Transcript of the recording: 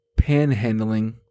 panhandling